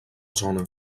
zona